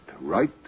right